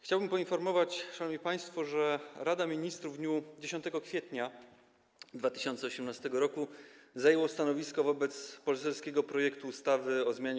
Chciałbym poinformować, szanowni państwo, że Rada Ministrów w dniu 10 kwietnia 2018 r. zajęła stanowisko wobec poselskiego projektu ustawy o zmianie